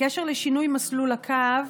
בקשר לשינוי מסלול הקו,